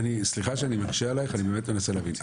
סליחה שאני מקשה עלייך, אני באמת מנסה להבין.